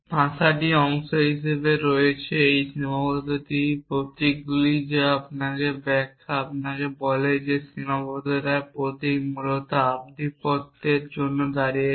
ভাষাটির অংশ হিসাবে রয়েছে এই সীমাবদ্ধতার প্রতীকগুলি এবং যা ব্যাখ্যা আপনাকে বলে যে সীমাবদ্ধতার প্রতীকটি মূলত আমার আধিপত্যের জন্য দাঁড়িয়েছে